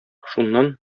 шуннан